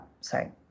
Sorry